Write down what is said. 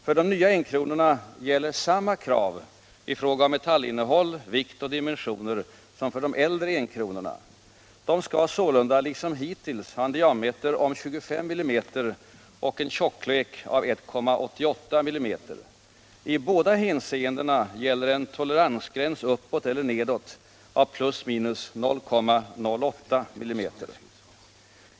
För de nya enkronorna gäller samma krav i fråga om metallinnehåll, vikt och dimensioner som för de äldre enkronorna. De skall sålunda liksom hittills ha en diameter om 25 mm och en tjocklek av 1,88 mm. I båda hänseendena gäller en toleransgräns uppåt eller nedåt av” 0,08 mm.